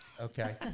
okay